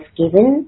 given